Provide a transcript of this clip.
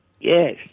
Yes